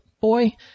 boy